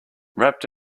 wrapped